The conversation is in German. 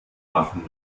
machen